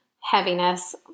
heaviness